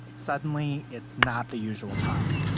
suddenly, it's not the usual talk.